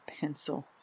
pencil